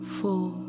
four